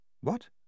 What